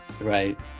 Right